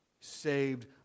Saved